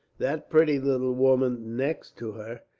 that pretty little woman, next to her,